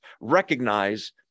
recognize